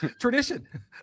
tradition